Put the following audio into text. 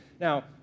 Now